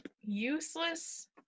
Useless